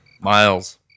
Miles